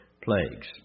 plagues